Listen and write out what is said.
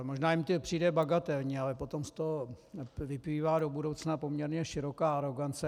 Možná jim to přijde bagatelní, ale potom z toho vyplývá do budoucna poměrně široká arogance.